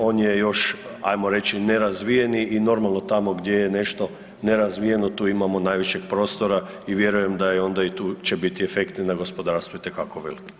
On je još, ajmo reći, nerazvijeni i normalno tamo gdje je nešto nerazvijeno tu imamo najvećeg prostora i vjerujem da i onda i tu će biti efekti na gospodarstvo itekako veliki.